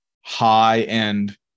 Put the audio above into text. high-end